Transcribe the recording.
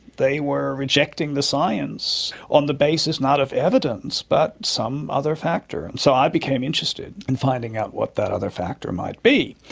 they were rejecting the science on the basis not of evidence about but some other factor. and so i became interested in finding out what that other factor might be.